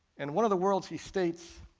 in one of the worlds he states,